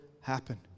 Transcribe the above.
happen